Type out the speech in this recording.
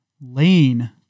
lane